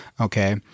Okay